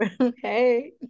Okay